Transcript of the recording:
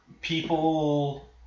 people